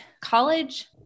College